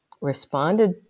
responded